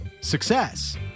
success